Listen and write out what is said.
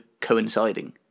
coinciding